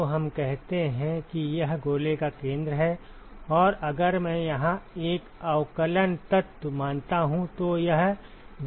तो हम कहते हैं कि यह गोले का केंद्र है और अगर मैं यहां एक अवकलन तत्व मानता हूं